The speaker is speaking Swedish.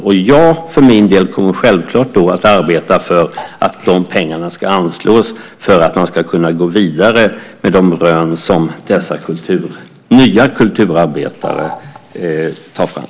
Och jag för min del kommer självklart att arbeta för att de pengarna ska anslås för att man ska kunna gå vidare med de rön som dessa nya kulturarbetare tar fram.